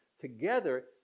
together